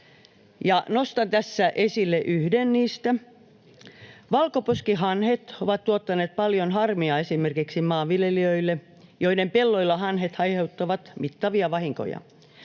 Nostan tässä esille yhden niistä. Valkoposkihanhet ovat tuottaneet paljon harmia esimerkiksi maanviljelijöille, joiden pelloilla hanhet aiheuttavat mittavia vahinkoja.